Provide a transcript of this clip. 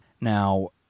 Now